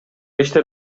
иштер